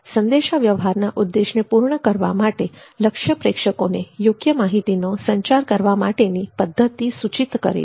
સંદેશા સંદેશાવ્યવહારના ઉદ્દેશ્યને પૂર્ણ કરવા માટે લક્ષ્ય પ્રેક્ષકોને યોગ્ય માહિતીનો સંચાર કરવા માટેની પદ્ધતિ સૂચિત કરે છે